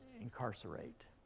incarcerate